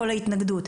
ההתנגדות?